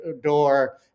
door